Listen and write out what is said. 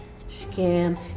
scam